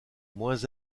moins